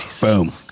Boom